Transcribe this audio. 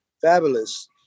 fabulous